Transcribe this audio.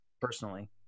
personally